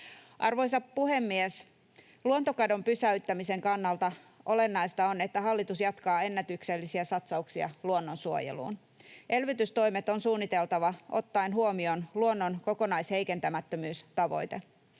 Arvoisa puhemies! Luontokadon pysäyttämisen kannalta olennaista on, että hallitus jatkaa ennätyksellisiä satsauksia luonnonsuojeluun. Elvytystoimet on suunniteltava ottaen huomioon luonnon kokonaisheikentämättömyystavoite.